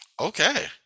Okay